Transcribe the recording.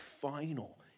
final